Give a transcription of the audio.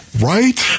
Right